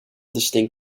distinct